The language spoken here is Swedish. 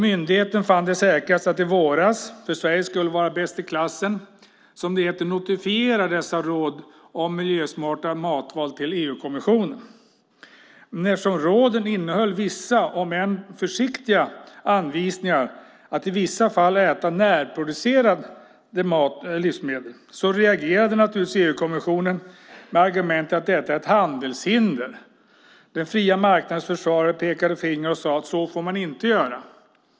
Myndigheten fann det i våras säkrast - för Sverige ska väl vara bäst i klassen - att notifiera dessa råd om miljösmarta matval till EU-kommissionen. Men eftersom råden innehöll vissa om än försiktiga anvisningar att i vissa fall äta närproducerade livsmedel reagerade naturligtvis EU-kommissionen med argumentet att detta är ett handelshinder. Den fria marknadens försvarare pekade finger och sade: Så får man inte göra.